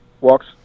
walks